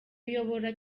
uyobora